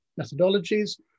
methodologies